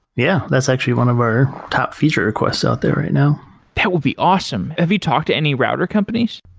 yeah, that's actually one of our top feature requests out there right now that will be awesome. have you talked to any router companies?